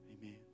Amen